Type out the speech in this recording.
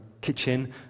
kitchen